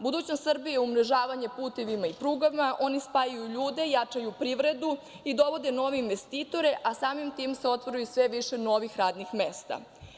Budućnost Srbije, umrežavanje putevima i prugama, oni spajaju ljude, jačaju privredu i dovode nove investitore, a samim tim se otvara sve više i novih radnih mesta.